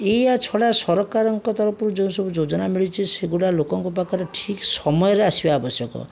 ଏଇଆ ଛଡ଼ା ସରକାରଙ୍କ ତରଫରୁ ଯେଉଁ ସବୁ ଯୋଜନା ମିଳିଛି ସେହିଗୁଡ଼ା ଲୋକଙ୍କ ପାଖରେ ଠିକ୍ ସମୟରେ ଆସିବା ଆବଶ୍ୟକ